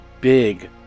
big